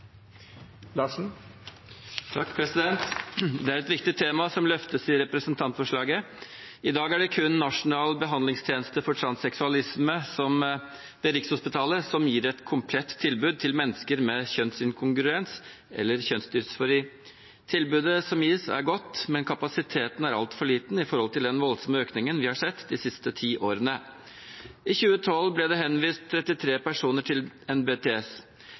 et viktig tema som løftes i representantforslaget. I dag er det kun Nasjonal behandlingstjeneste for transseksualisme ved Rikshospitalet som gir et komplett tilbud til mennesker med kjønnsinkongruens, eller kjønnsdysfori. Tilbudet som gis, er godt, men kapasiteten er altfor liten i forhold til den voldsomme økningen vi har sett de siste ti årene. I 2012 ble det henvist 33 personer til NBTS.